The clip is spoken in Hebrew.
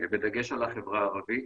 בדגש על החברה הערבית,